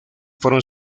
fueron